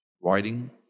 writing